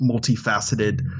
multifaceted